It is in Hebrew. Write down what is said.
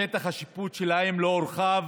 שטח השיפוט שלהן לא הורחב